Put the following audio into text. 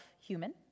human